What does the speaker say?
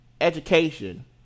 education